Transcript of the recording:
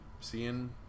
seeing